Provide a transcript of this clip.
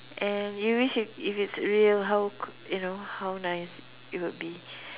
and you wish if if it's real how could you know how nice it would be